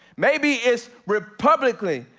maybe it's re-publicly,